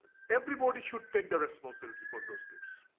everybody should take the responsibility for those kids.